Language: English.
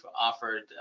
offered